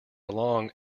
along